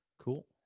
Cool